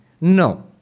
No